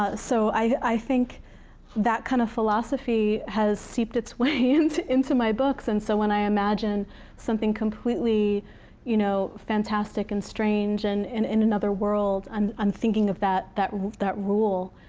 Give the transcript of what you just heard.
ah so i think that kind of philosophy has seeped its way into into my books, and so when i imagine something completely you know fantastic, and strange, and and in another world, um i'm thinking of that that rule.